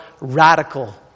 radical